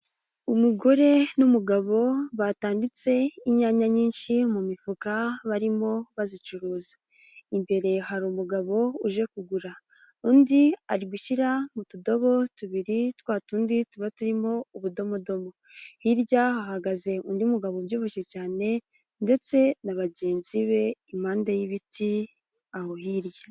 Umugore n'umugabo batanditse inyanya nyinshi mu mifuka barimo bazicuruza. Imbere hari umugabo uje kugura, undi ari gushyira mu tudobo tubiri twa tundi tuba turimo, ubudomodo hirya hahagaze undi mugabo ubyibushye cyane ndetse na bagenzi be, impande y'ibiti, aho hirya.